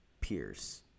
Pierce